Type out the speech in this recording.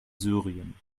syrien